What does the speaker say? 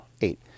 eight